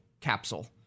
capsule